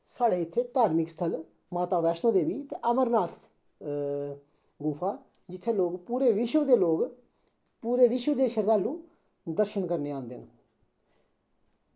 साढ़े इत्थें धार्मक स्थल माता बैष्णो देवी ते अमरनाथ गुफा जित्थें लोग पूरे विश्व दे लोग पूरे विश्व दे श्रदालू दर्शन करने गी आंदे न